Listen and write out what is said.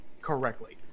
correctly